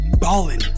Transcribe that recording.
ballin